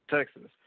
Texas